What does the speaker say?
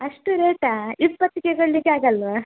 ಅಷ್ಟು ರೇಟಾ ಇಪ್ಪಟ್ಟಕ್ಕೆ ಕೊಡಲಿಕ್ಕೆ ಆಗಲ್ವಾ